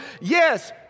yes